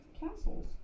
castles